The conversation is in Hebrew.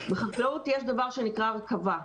בחקלאות יש דבר שנקרא הרכבה: